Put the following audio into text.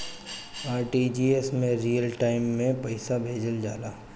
RTGS में real time में पइसा भेजल जाला